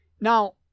Now